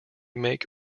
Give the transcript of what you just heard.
make